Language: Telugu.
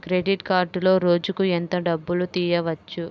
క్రెడిట్ కార్డులో రోజుకు ఎంత డబ్బులు తీయవచ్చు?